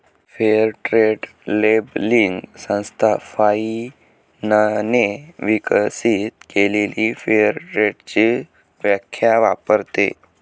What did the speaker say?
fair trade labelling संस्था फाइनने विकसित केलेली फेअर ट्रेडची व्याख्या वापरते